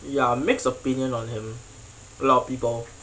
ya mixed opinions on him a lot of people